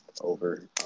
over